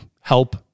help